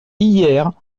hier